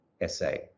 essay